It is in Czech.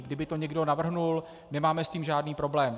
Kdyby to někdo navrhl, nemáme s tím žádný problém.